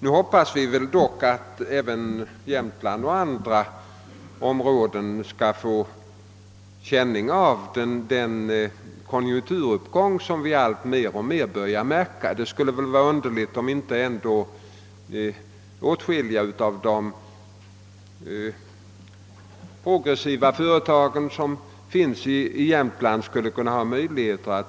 Vi hoppas nu att även Jämtland och andra liknande områden skall få känning av den konjunkturuppgång som vi alltmer börjar märka; det skulle vara underligt om inte åtskilliga av de progressiva företag som finns i Jämtland skulle kunna